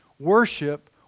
worship